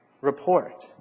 report